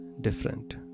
different